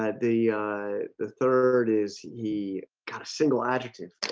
ah the the third is he kind of single adjective?